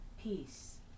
peace